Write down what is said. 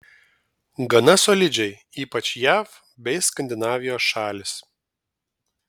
gana solidžiai ypač jav bei skandinavijos šalys